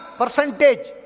percentage